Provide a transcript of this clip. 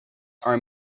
are